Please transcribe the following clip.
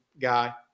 guy